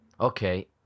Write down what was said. Okay